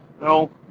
No